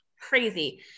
crazy